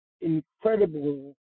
incredible